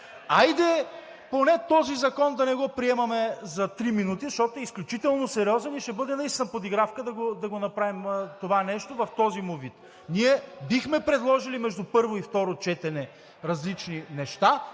Хайде поне този закон да не го приемаме за три минути, защото е изключително сериозен и ще бъде наистина подигравка да направим това нещо в този му вид. Ние бихме предложили между първо и второ четене различни неща.